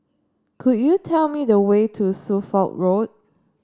could you tell me the way to Suffolk Road